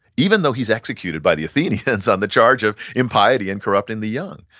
even though he's executed by the athenians on the charge of impiety and corrupting the young.